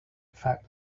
fact